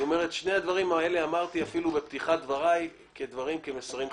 אני אומר את שני הדברים האלה ואמרתי אותם בפתיחת דבריי כמסרים חשובים.